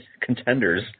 contenders